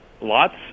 Lots